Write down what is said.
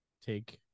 take